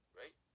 right